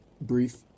brief